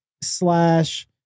slash